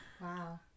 wow